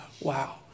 wow